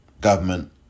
government